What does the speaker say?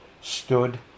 stood